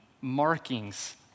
markings